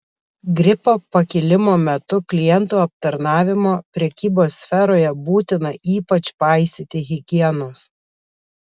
gripo pakilimo metu klientų aptarnavimo prekybos sferoje būtina ypač paisyti higienos